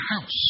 house